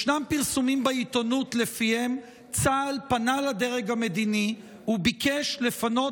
ישנם פרסומים בעיתונות שלפיהם צה"ל פנה לדרג המדיני וביקש לפנות